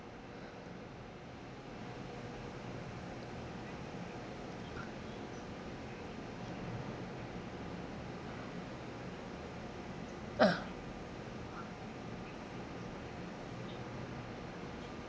ah